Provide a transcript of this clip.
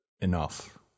enough